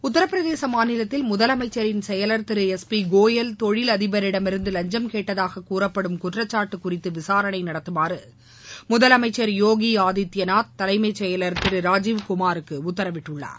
உத்தரப்பிரதேசம் மாநிலத்தில் முதலமைச்சரின் செயவர் திரு எஸ் பி கோயல் தொழில் அதிபரிடமிருந்து லஞ்சும் கேட்டதாக கூறப்படும் குற்றச்சாட்டு குறித்து விசாரணை நடத்தமாறு முதலமம்சர் யோகி ஆதித்யாநாத் தலைமைச் செயலர் திரு ராஜூவ் குமாருக்கு உத்தரவிட்டுள்ளார்